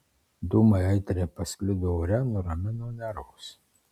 dūmai aitriai pasklido ore nuramino nervus